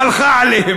הלך עליהם,